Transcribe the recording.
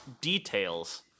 details